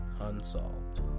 Unsolved